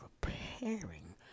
preparing